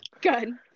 Good